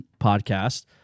podcast